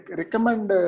recommend